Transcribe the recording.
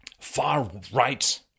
far-right